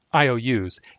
IOUs